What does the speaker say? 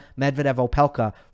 Medvedev-Opelka